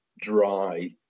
dry